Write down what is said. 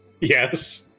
Yes